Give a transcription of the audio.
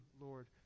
Lord